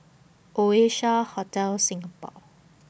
Oasia Hotel Singapore